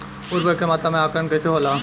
उर्वरक के मात्रा में आकलन कईसे होला?